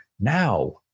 Now